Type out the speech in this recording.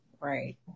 Right